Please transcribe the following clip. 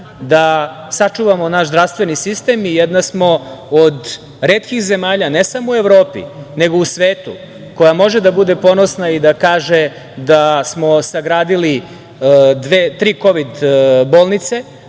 da sačuvamo naš zdravstveni sistem. Jedna smo od retkih zemalja, ne samo u Evropi, nego u svetu, koja može da bude ponosna i da kaže da smo sagradili tri kovid bolnice,